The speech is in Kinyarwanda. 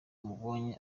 umubonye